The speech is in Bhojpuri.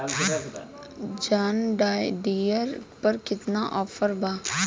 जॉन डियर पर केतना ऑफर बा?